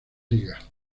ligas